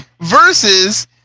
versus